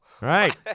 Right